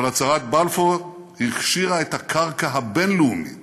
אבל הצהרת בלפור הכשירה את הקרקע הבין-לאומית